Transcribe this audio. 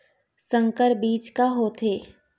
संकर बीज का होथे?